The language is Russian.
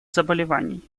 заболеваний